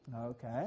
Okay